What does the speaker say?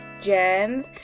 Gens